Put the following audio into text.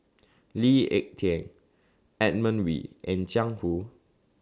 Lee Ek Tieng Edmund Wee and Jiang Hu